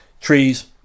trees